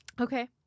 Okay